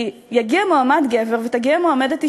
כי יגיע מועמד גבר ותגיע מועמדת אישה,